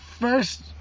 first